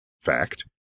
fact